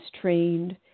trained